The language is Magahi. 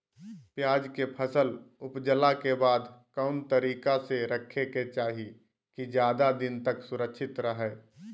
प्याज के फसल ऊपजला के बाद कौन तरीका से रखे के चाही की ज्यादा दिन तक सुरक्षित रहय?